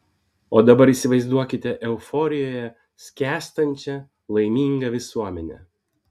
o dabar įsivaizduokite euforijoje skęstančią laimingą visuomenę